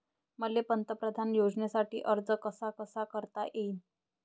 मले पंतप्रधान योजनेसाठी अर्ज कसा कसा करता येईन?